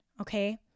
okay